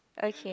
okay